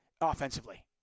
offensively